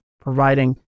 providing